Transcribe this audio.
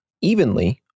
evenly